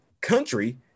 country